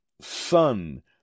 son